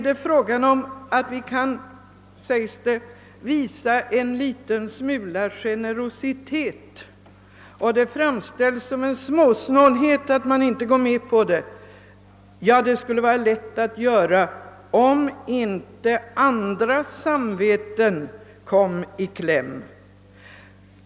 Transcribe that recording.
Det sägs att vi bör visa litet generositet, och det framställs som småsnålt att inte gå med på förslaget. Ja, det skulle vara lätt att göra det, om inte därigenom andra samveten kom i kläm.